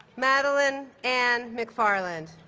madeline anne mcfarland